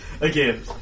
Again